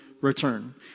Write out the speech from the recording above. return